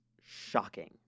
shocking